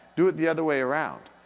do it the other way around.